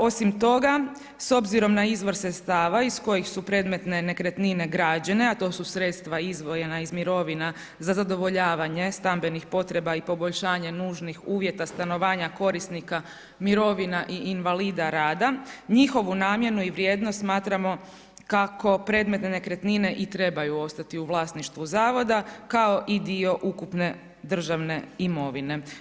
Osim toga, s obzirom na izvor sredstava iz kojih su predmetne nekretnine građene, a to su sredstva izdvojena iz mirovina za zadovoljavanje stambenih potreba i poboljšanje nužnih uvjeta stanovanja korisnika mirovina i invalida rada, njihovu namjenu i vrijednost smatramo kako predmetne nekretnine i trebaju ostati u vlasništvu zavoda kao i dio ukupne državne imovine.